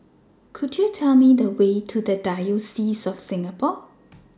Could YOU Tell Me The Way to The Diocese of Singapore